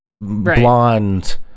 blonde